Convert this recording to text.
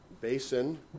basin